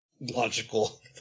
logical